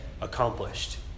accomplished